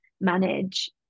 manage